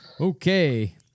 okay